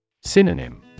Synonym